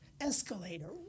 escalator